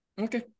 Okay